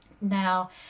Now